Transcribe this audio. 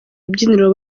rubyiniro